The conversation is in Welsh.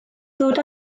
ddod